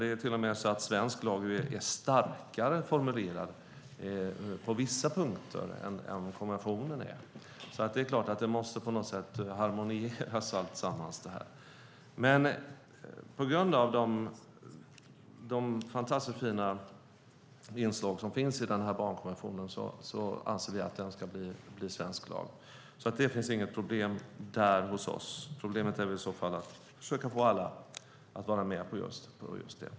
På vissa punkter är svensk lag till och med starkare formulerad än konventionen. De måste därför på något sätt harmonieras. På grund av de fantastiskt fina inslag som finns i barnkonventionen anser vi att den ska bli svensk lag. Där finns inget problem för vår del. Problemet är väl i så fall att försöka få alla att vara med på det.